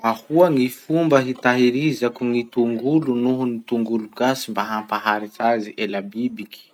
Ahoa gny fomba hitahirizako gny tongolo noho gny tongolo gasy mba hampaharitsy azy ela bibiky?